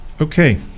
Okay